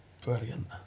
brilliant